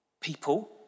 people